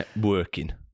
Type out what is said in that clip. Working